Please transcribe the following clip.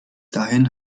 dahin